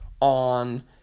on